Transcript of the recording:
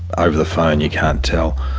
ah over the phone you can't tell.